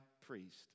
priest